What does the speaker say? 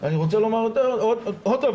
אני רוצה לומר עוד דבר,